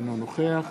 אינו נוכח